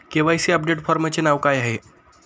KYC update फॉर्मचे नाव काय आहे?